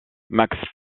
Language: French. max